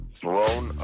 thrown